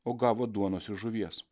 o gavo duonos ir žuvies